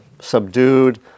subdued